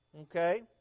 okay